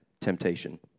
temptation